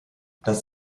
das